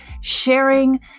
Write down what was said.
sharing